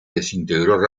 desintegró